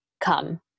come